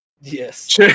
Yes